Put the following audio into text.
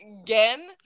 again